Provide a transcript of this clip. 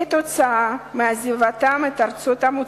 כתוצאה מעזיבתם את ארצות המוצא,